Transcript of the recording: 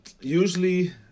usually